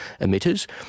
emitters